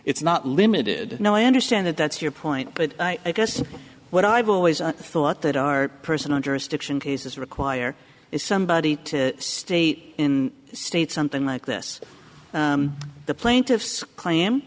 it's not limited no i understand that that's your point but i guess what i've always thought that our personal jurisdiction cases require is somebody to state in state something like this the plaintiff's cla